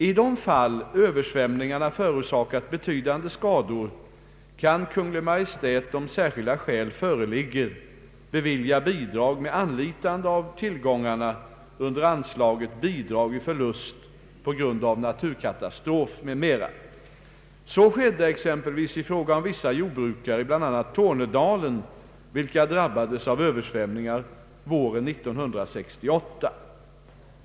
I de fall översvämningarna förorsakat betydande skador kan Kungl. Maj:t om särskilda skäl föreligger bevilja bidrag med anlitande av tillgångarna under anslaget Bidrag vid förlust på grund av naturkatastrof m.m. Så skedde exempelvis i fråga om vissa jordbrukare i bl.a. Tornedalen, vilka drabbades av översvämningar våren 1968.